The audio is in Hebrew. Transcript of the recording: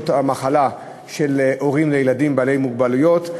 המחלה של הורים לילדים בעלי מוגבלויות.